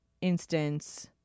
instance